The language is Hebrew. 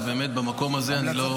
ובאמת במקום הזה אני לא שותף להחלטות.